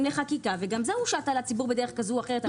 לחקיקה וגם זה הושת על הציבור בדרך זו או אחרת.